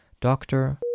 Doctor